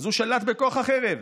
והוא שלט בכוח החרב.